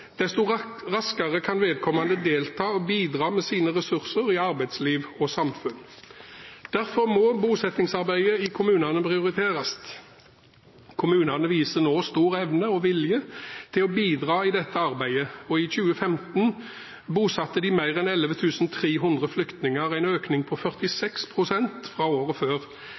desto raskere kan vedkommende delta og bidra med sine ressurser i arbeidsliv og samfunn. Derfor må bosettingsarbeidet i kommunene prioriteres. Kommunene viser nå stor evne og vilje til å bidra i dette arbeidet: I 2015 bosatte de mer enn 11 300 flyktninger, en økning på 46 pst. fra året før.